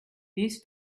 these